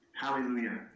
Hallelujah